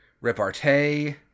repartee